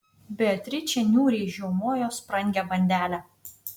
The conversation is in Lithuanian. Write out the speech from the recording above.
beatričė niūriai žiaumojo sprangią bandelę